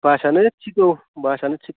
बासआनो थिग औ बासआनो थिग